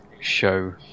show